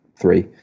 three